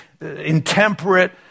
intemperate